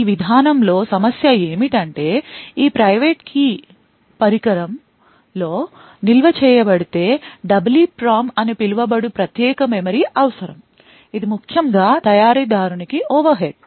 ఈ విధానం లో సమస్య ఏమిటంటే ఈ ప్రైవేట్ కీ పరికరంలో నిల్వ చేయబడితే EEPROM అని పిలువబడు ప్రత్యేక మెమరీ అవసరం ఇది ముఖ్యంగా తయారీదారునికి ఓవర్ హెడ్